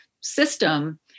system